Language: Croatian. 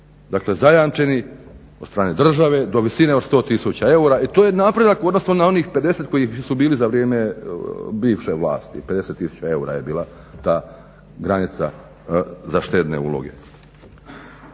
dakle zajamčeni od strane države do visine od 100 tisuća eura i to je napredak u odnosu na onih 50 kojih su bili za vrijeme bivše vlasti, 50 tisuća eura je bila ta granica za štedne uloge.